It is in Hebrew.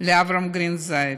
אל אברהם גרינזייד,